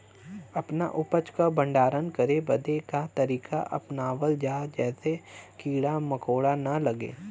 अपना उपज क भंडारन करे बदे का तरीका अपनावल जा जेसे कीड़ा मकोड़ा न लगें?